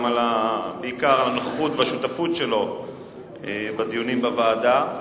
בעיקר על הנוכחות והשותפות שלו בדיונים בוועדה,